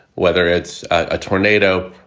whether it's a tornado.